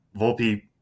Volpe